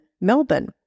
Melbourne